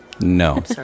No